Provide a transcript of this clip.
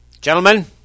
Gentlemen